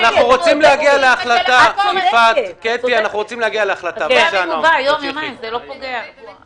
לגבי